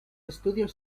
estudios